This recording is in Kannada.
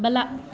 ಬಲ